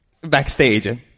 backstage